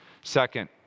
Second